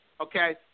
okay